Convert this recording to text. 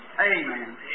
Amen